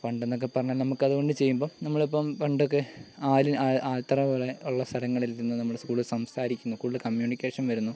പണ്ടെന്നൊക്കെ പറഞ്ഞാൽ നമുക്കത് കൊണ്ട് ചെയ്യുമ്പോൾ നമ്മളിപ്പം പണ്ടൊക്കെ ആ ആൽ ആൽത്തറ പോലെ ഉള്ള സ്ഥലങ്ങളിൽ ഇരുന്ന് നമ്മുടെ സ്കൂളിൽ സംസാരിക്കുന്നു കൂടുതൽ കമ്മ്യൂണിക്കേഷൻ വരുന്നു